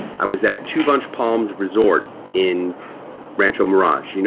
i was at two bunch palms resort in rancho mirage. you know